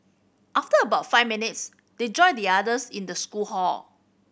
after about five minutes they joined the others in the school hall